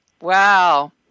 Wow